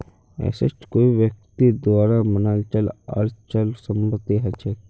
asset कोई व्यक्तिर द्वारा बनाल चल आर अचल संपत्ति हछेक